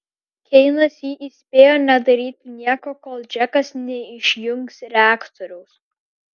keinas jį įspėjo nedaryti nieko kol džekas neišjungs reaktoriaus